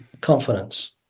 confidence